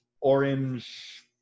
orange